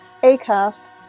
acast